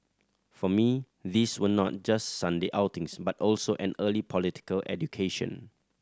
for me these were not just Sunday outings but also an early political education